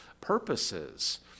purposes